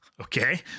okay